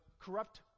corrupt